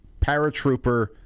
paratrooper